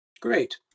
great